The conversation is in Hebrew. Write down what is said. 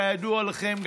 כידוע לכם,